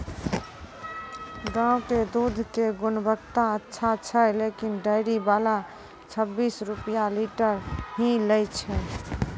गांव के दूध के गुणवत्ता अच्छा छै लेकिन डेयरी वाला छब्बीस रुपिया लीटर ही लेय छै?